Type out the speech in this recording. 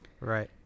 Right